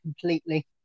completely